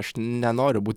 aš nenoriu būt